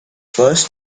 first